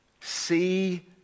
See